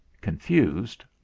Confused